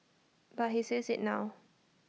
but he sees IT now